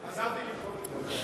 חזרתי למקומי.